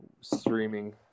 streaming